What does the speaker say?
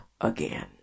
again